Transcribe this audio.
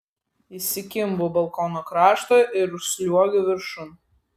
įsikimbu balkono krašto ir užsliuogiu viršun